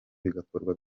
bigakorwa